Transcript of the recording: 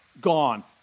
gone